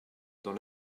dans